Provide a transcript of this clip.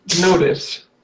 notice